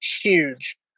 huge